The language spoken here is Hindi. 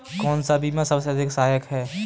कौन सा बीमा सबसे अधिक सहायक है?